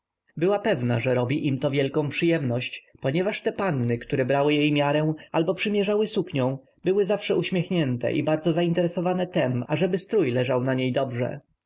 była pewna że robi im to wielką przyjemność ponieważ te panny które brały jej miarę albo przymierzały suknie były zawsze uśmiechnięte i bardzo zainteresowane tem ażeby strój leżał na niej dobrze